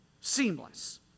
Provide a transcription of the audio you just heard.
seamless